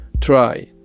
try